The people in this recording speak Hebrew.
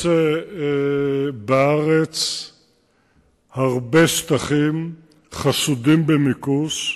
יש בארץ הרבה שטחים חשודים במיקוש,